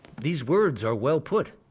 these words are well put.